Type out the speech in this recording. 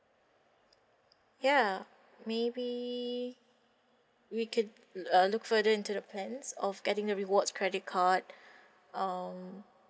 ya maybe we can uh look further into the plans of getting a rewards credit card um